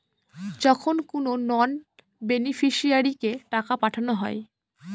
যখন কোনো নন বেনিফিশিয়ারিকে টাকা পাঠানো হয়